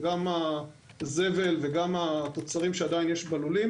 גם הזבל וגם התוצרים שעדיין יש בלולים.